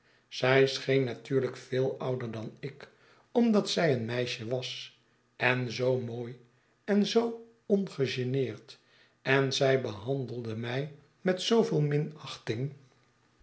zij scheen natuurlijk veel ouder dan ik omdat zij een meisje was en zoo mooi en zoo ongegeneerd en zij behandelde mij met zooveel